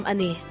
Ani